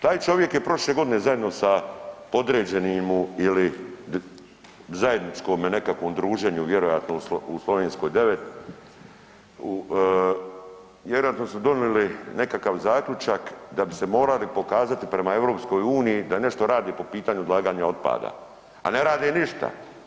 Taj čovjek je prošle godine zajedno sa podređenim mu ili zajedničkom nekakvom druženju vjerojatno u Slovenskoj 9, vjerojatno su donijeli nekakav zaključak da bi se morali pokazati prema EU da nešto rade po pitanju odlaganja otpada, a ne rade ništa.